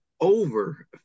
over